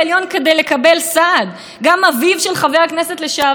כי בן גוריון לא הסכים להעסיק אותו כמורה בשל דעותיו.